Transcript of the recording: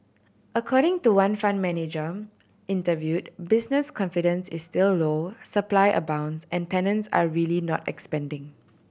according to one fund manager interviewed business confidence is still low supply abounds and tenants are really not expanding